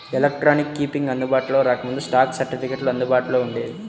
electronic keeping అందుబాటులోకి రాకముందు, stock సర్టిఫికెట్లు అందుబాటులో వుండేవి